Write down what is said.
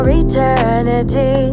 eternity